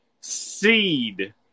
seed